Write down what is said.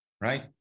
right